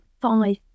five